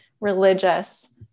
religious